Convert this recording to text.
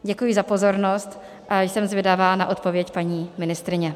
Děkuji za pozornost a jsem zvědavá na odpověď paní ministryně.